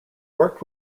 worked